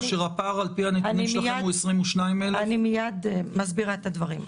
כאשר הפער על-פי הנתונים שלכם הוא 22,000. אני מיד מסבירה את הדברים.